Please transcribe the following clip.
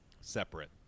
separate